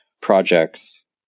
projects